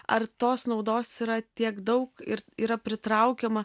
ar tos naudos yra tiek daug ir yra pritraukiama